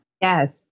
Yes